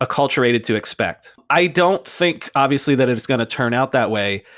acculturated to expect. i don't think obviously that it's going to turn out that way,